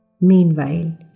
Meanwhile